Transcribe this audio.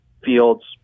fields